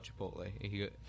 Chipotle